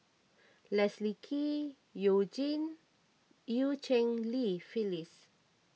Leslie Kee You Jin and Eu Cheng Li Phyllis